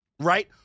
Right